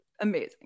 Amazing